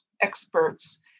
experts